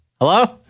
Hello